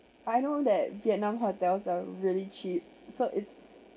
I know that vietnam hotels are really cheap so it's